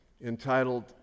entitled